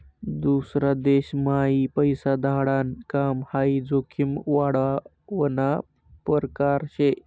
दूसरा देशम्हाई पैसा धाडाण काम हाई जोखीम वाढावना परकार शे